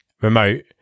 remote